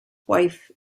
wife